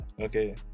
okay